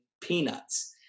peanuts